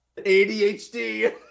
ADHD